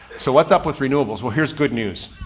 so what's up with renewables? well, here's good news.